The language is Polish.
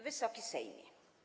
Wysoki Sejmie!